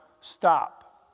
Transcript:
stop